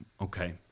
Okay